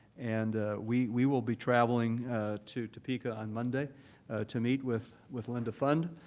and we we will be traveling to topeka on monday to meet with with linda fund,